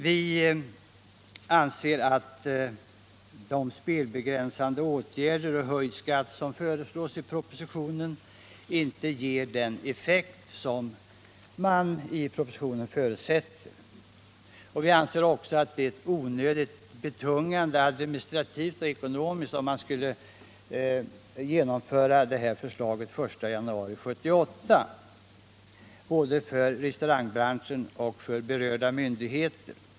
Vi anser att de spelbegränsande åtgärder och den skattehöjning som föreslås i propositionen inte ger den förutsatta effekten. Utskottet anser också att ett genomförande av en sådan ordning den 1 januari 1978 skulle bli onödigt betungande administrativt och ekonomiskt både för restaurangbranschen och för berörda myndigheter.